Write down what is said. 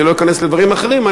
אני לא אכנס לדברים אחרים,